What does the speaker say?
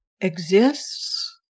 exists